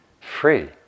free